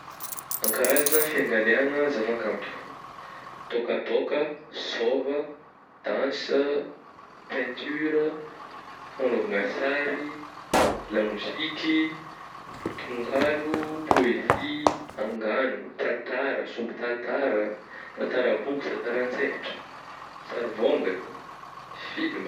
An karazagna fiangaliagna zava-kanto tôkatôka, sôva, dance, peinture ah, fanagnaovagna sary, lamoziky, tonokalo, poesie, angano, tantara, sombintantara, tantara boky, tantara an-tsehatra, sarivôngagna, filma.